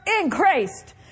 increased